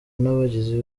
n’abagizi